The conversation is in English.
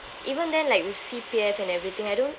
even then like with C_P_F and everything I don't